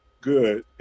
good